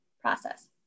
process